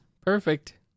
Perfect